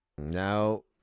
No